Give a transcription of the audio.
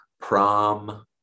Prom